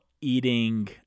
eating